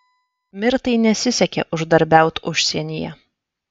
mirtai nesisekė uždarbiaut užsienyje